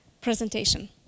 presentation